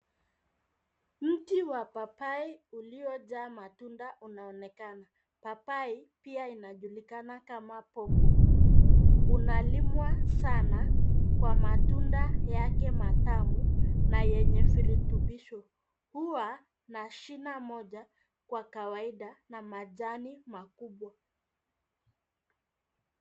Mti wa papai uliojaa matunda unaonekana. Papai pia inajulikana kama pawpaw . Unalimwa sana kwa matunda yake matamu na yenye virutubisho. Huwa na shina moja kwa kawaida na majani makubwa.